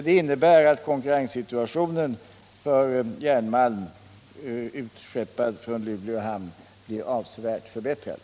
Den innebäratt konkurrenssituationen för järnmalm, utskeppad från Luleå hamn, blir avsevärt förbättrad.